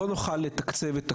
לא נוכל לתקצב את הכול.